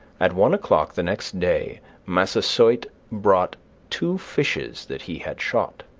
at one o'clock the next day massasoit brought two fishes that he had shot,